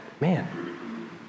man